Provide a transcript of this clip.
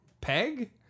peg